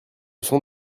sont